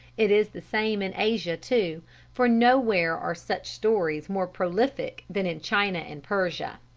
it is the same in asia, too for nowhere are such stories more prolific than in china and persia.